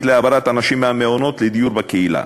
להעברת אנשים מהמעונות לדיור בקהילה.